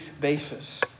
basis